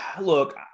Look